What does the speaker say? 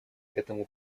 этому